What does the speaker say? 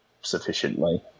sufficiently